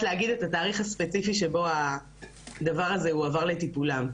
להגיד את התאריך הספציפי שבו הדבר הזה הועבר לטיפולם.